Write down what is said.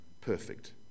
perfect